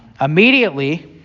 Immediately